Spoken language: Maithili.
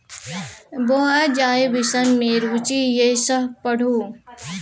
बौंआ जाहि विषम मे रुचि यै सैह पढ़ु